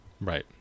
Right